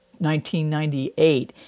1998